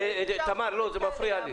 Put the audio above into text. זה מפריע לי.